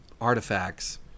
artifacts